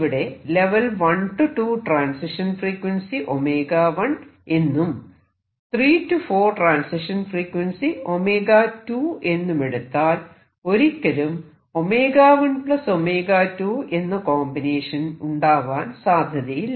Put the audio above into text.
ഇവിടെ level 1 → 2 transition frequency 1 എന്നും 3 → 4 transition frequency 2 എന്നുമെടുത്താൽ ഒരിക്കലും |1 2 | എന്ന കോമ്പിനേഷൻ ഉണ്ടാവാൻ സാധ്യതയില്ല